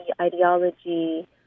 ideology